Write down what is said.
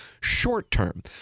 short-term